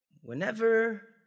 Whenever